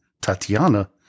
Tatiana